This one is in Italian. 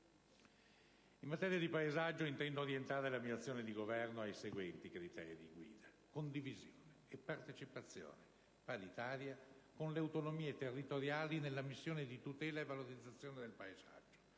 In materia di paesaggio intendo orientare la mia azione di governo ai seguenti criteri guida: condivisione e partecipazione paritaria con le autonomie territoriali nella missione di tutela e valorizzazione del paesaggio,